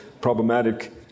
problematic